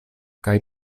kaj